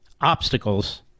obstacles